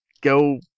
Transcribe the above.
go